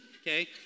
Okay